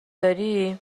داری